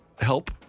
help